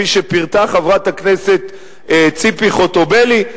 כפי שפירטה חברת הכנסת ציפי חוטובלי,